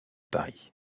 paris